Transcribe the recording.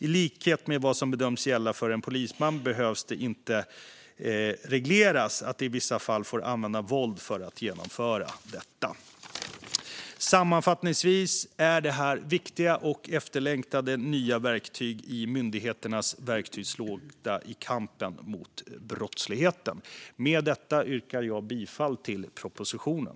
I likhet med vad som bedöms gälla för en polisman behöver det inte regleras att de i vissa fall får använda våld för att genomföra detta. Sammanfattningsvis är detta viktiga och efterlängtade nya verktyg i myndigheternas verktygslåda i kampen mot brottsligheten. Med detta yrkar jag bifall till propositionen.